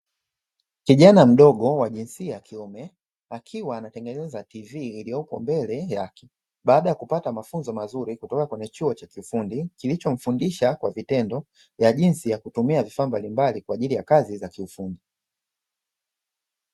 Kijana mdogo wa jinsia ya kiume akiwa anatengeneza tv iliyopo mbele yake, baada ya kupata mafunzo mazuri kutoka kwenye chuo cha kiufundi kilichomfundisha kwa vitendo vya jinsi ya kutumia vifaa mbalimbali kwaajili ya kazi za kiufundi.